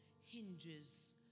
hinges